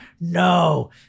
no